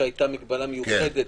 שהייתה מגבלה מיוחדת,